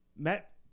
Met